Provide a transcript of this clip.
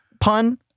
pun